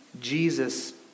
Jesus